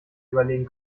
überlegen